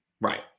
Right